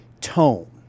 tone